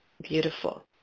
Beautiful